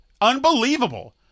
Unbelievable